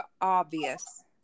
obvious